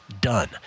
done